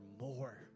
more